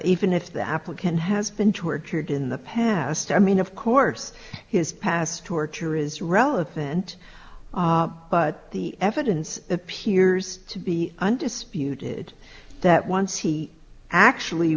even if the applicant has been tortured in the past i mean of course his past torture is relevant but the evidence appears to be undisputed that once he actually